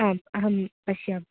आम् अहं पश्यामि